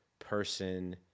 person